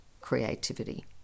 creativity